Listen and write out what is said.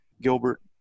Gilbert